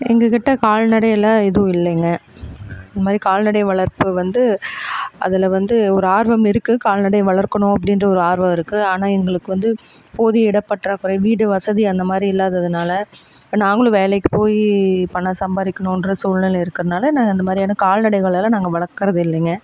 எங்கக்கிட்டே கால்நடையெல்லாம் எதுவும் இல்லைங்க இந்தமாதிரி கால்நடை வளர்ப்பு வந்து அதில் வந்து ஒரு ஆர்வம் இருக்கு கால்நடை வளர்க்கணும் அப்படீன்ற ஒரு ஆர்வம் இருக்கு ஆனால் எங்களுக்கு வந்து போதிய இடப் பற்றாக்குறை வீடு வசதி அந்தமாதிரி இல்லாததனால இப்போ நாங்களும் வேலைக்கு போய் பணம் சம்பாதிக்கணுன்ற சூழ்நிலை இருக்கிறதுனால இந்தமாதிரியான கால்நடைகளையெல்லாம் நாங்கள் வளர்க்கிறது இல்லைங்க